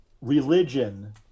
religion